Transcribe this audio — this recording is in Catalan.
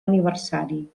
aniversari